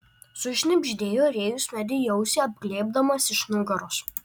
sušnibždėjo rėjus medei į ausį apglėbdamas iš nugaros